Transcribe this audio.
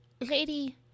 lady